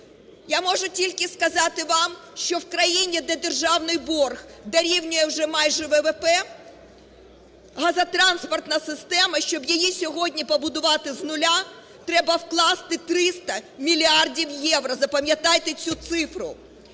можу сказати вам, що в країні, де державний борг дорівнює вже майже ВВП, газотранспортна система, щоб її сьогодні побудувати з нуля, треба вкласти 300 мільярдів євро, запам'ятайте цю цифру.